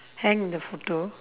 hang the photo